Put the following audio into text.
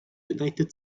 united